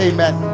Amen